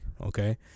Okay